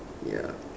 ya